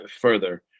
further